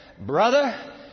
brother